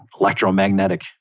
electromagnetic